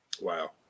wow